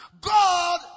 God